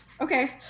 Okay